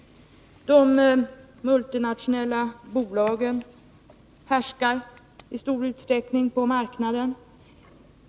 De multinationella bolagen härskar i stor utsträckning på marknaden.